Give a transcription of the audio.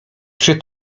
czy